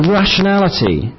rationality